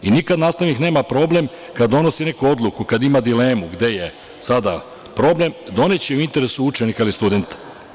Nikad nastavnik nema problem kada donosi neku odluku, kada ima dilemu, gde je sada problem, doneće je u interesu učenika ili studenta.